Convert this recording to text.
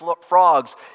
frogs